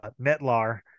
Metlar